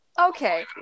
okay